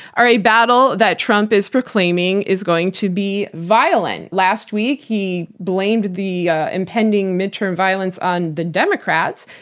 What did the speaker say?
are a battle that trump is proclaiming is going to be violent. last week he blamed the impending midterm violence on the democrats,